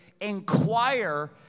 inquire